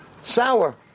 Sour